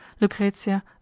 Lucrezia